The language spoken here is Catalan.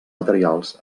materials